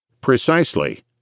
Precisely